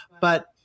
but-